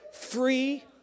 free